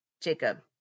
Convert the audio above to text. Jacob